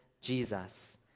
Jesus